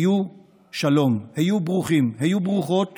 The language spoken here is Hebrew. היו שלום, היו ברוכים, היו ברוכות